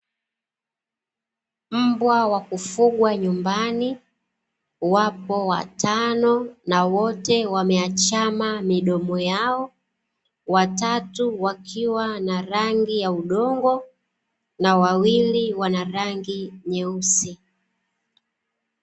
Mbwa wa kufugwa nyumbani, wapo watano na wote wameachama midomo yao watatu wakiwa na rangi ya udongo na wawili wana rangi nyeusi.